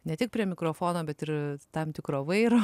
ne tik prie mikrofono bet ir tam tikro vairo